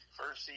first